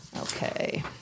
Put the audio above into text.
Okay